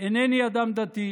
"אינני אדם דתי,